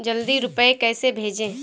जल्दी रूपए कैसे भेजें?